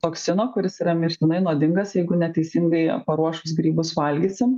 toksino kuris yra mirtinai nuodingas jeigu neteisingai paruošus grybus valgysim